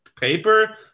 paper